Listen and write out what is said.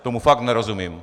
Tomu fakt nerozumím.